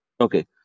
Okay